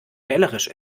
wählerisch